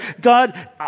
God